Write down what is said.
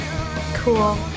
Cool